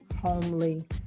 homely